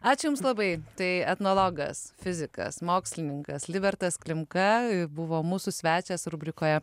ačiū jums labai tai etnologas fizikas mokslininkas libertas klimka buvo mūsų svečias rubrikoje